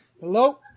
Hello